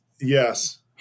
Yes